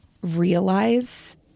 realize